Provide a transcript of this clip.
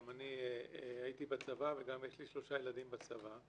גם אני הייתי בצבא וגם יש לי שלושה ילדים בצבא,